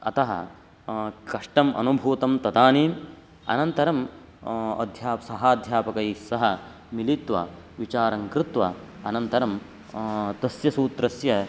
अतः कष्टम् अनुभूतं तदानीम् अनन्तरम् अध्यापकः सहाध्यापकैः सह मिलित्वा विचारं कृत्वा अनन्तरं तस्य सूत्रस्य